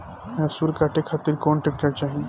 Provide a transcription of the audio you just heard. मैसूर काटे खातिर कौन ट्रैक्टर चाहीं?